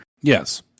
Yes